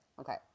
okay